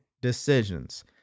decisions